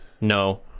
no